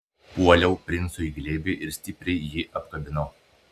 puoliau princui į glėbį ir stipriai jį apkabinau